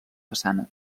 façana